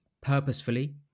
purposefully